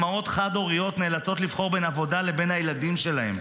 אימהות חד-הוריות נאלצות לבחור בין העבודה לבין הילדים שלהן.